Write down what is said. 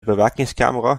bewakingscamera